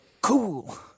cool